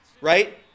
Right